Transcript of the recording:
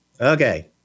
Okay